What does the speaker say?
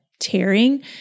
Tearing